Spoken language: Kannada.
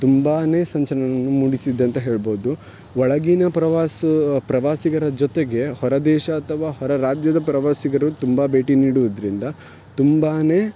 ತುಂಬಾ ಸಂಚಲನವನ್ನು ಮೂಡಿಸಿದೆ ಅಂತ ಹೇಳ್ಬಹ್ದು ಒಳಗಿನ ಪ್ರವಾಸ ಪ್ರವಾಸಿಗರ ಜೊತೆಗೆ ಹೊರದೇಶ ಅಥವಾ ಹೊರರಾಜ್ಯದ ಪ್ರವಾಸಿಗರು ತುಂಬ ಭೇಟಿ ನೀಡುದರಿಂದ ತುಂಬಾ